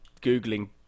Googling